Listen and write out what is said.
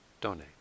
donate